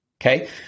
okay